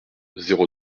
zéro